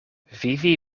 vivi